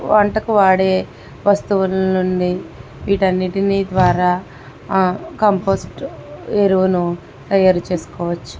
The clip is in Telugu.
వంటకు వాడే వస్తువుల నుండి వీటి అన్నిటి ద్వారా కంపోస్ట్ ఎరువును తయారు చేసుకోవచ్చు